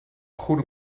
goede